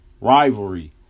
Rivalry